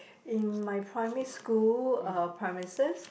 in my primary school uh premises